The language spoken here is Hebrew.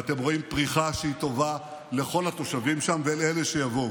ואתם רואים פריחה שהיא טובה לכל התושבים שם ולאלה שיבואו.